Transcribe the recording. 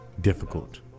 difficult